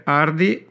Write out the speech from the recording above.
Hardy